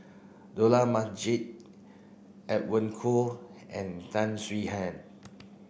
Dollah Majid Edwin Koo and Tan Swie Hian